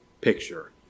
picture